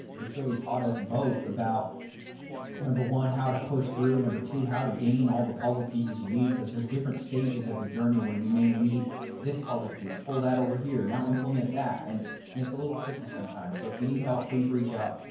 it's really taught us both about number one, how to push through and number two, how to gain all the puzzle pieces you need, because there's different stages of your journey where you may need this puzzle piece, pull that over here now implement that, and and it's a little tricky sometimes. so if you need help, please reach out.